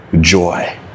joy